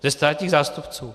Ze státních zástupců?